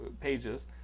pages